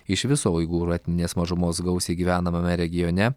iš viso uigūrų etninės mažumos gausiai gyvenamame regione